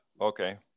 Okay